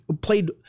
played